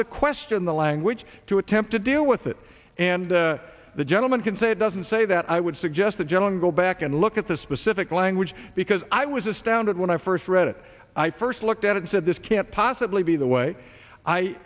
to question the language to attempt to deal with it and the gentleman can say it doesn't say that i would suggest that gentleman go back and look at the specific language because i was astounded when i first read it i first looked at it said this can't possibly be the way i